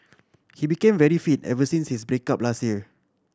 he became very fit ever since his break up last year